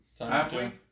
Happily